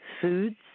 Foods